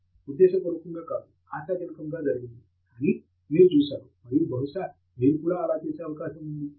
తంగిరాల ఉద్దేశపూర్వకంగా కాదు ఆశాజనకముగా జరిగింది కానీ మీరు చూసారు మరియు బహుశా మీరు కుడా అలా చేసే అవకాశం ఉంది